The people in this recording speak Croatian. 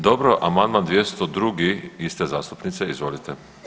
Dobro, amandman 202. iste zastupnice, izvolite.